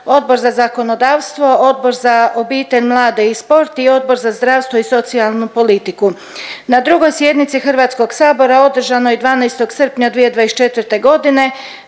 Odbor za zakonodavstvo, Odbor za obitelj mlade i sport i Odbor za zdravstvo i socijalnu politiku. Na drugoj sjednici HS-a održanoj 12. srpnja 2024. godine